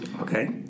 Okay